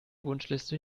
wunschliste